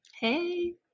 Hey